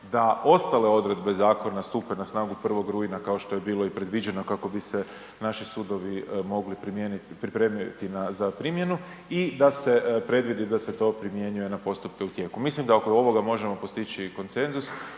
da ostale odredbe zakona stupe na snagu 1. rujna kao što je bilo i predviđeno kako bi se naši sudovi mogli pripremiti za primjenu i da se predvidi da se to primjenjuje na postupke u tijeku. Mislim da oko ovoga možemo postići konsenzus